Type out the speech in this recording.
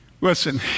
Listen